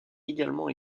également